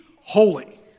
holy